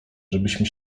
żebyśmy